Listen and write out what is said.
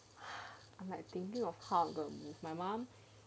um I'm like thinking of how I'm going to move